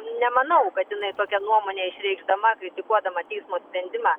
nu nemanau kad jinai tokią nuomonę išreikšdama kritikuodama teismo sprendimą